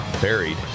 buried